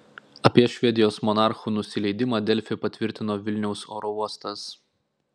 apie švedijos monarchų nusileidimą delfi patvirtino vilniaus oro uostas